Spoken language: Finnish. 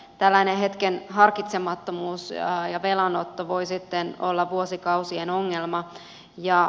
tällainen hetken harkitsemattomuus ja velanotto voi sitten olla vuosikausien ongelma